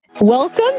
Welcome